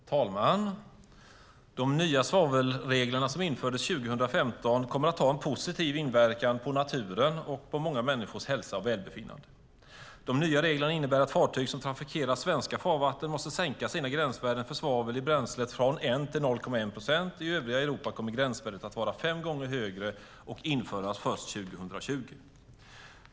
Herr talman! De nya svavelreglerna som införs 2015 kommer att ha en positiv inverkan på naturen och på många människors hälsa och välbefinnande. De nya reglerna innebär att fartyg som trafikerar svenska farvatten måste sänka sina gränsvärden för svavel i bränslet från 1 till 0,1 procent. I övriga Europa kommer gränsvärdet att vara fem gånger högre och införas först 2020.